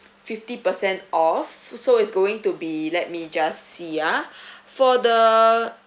fifty percent off so it's going to be let me just see ah for the